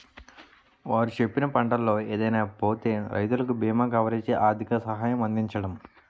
వారు చెప్పిన పంటల్లో ఏదైనా పోతే రైతులకు బీమా కవరేజీ, ఆర్థిక సహాయం అందించడం